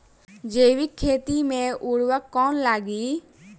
जैविक खेती मे उर्वरक कौन लागी?